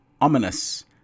ominous